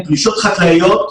פלישות חקלאיות,